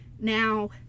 now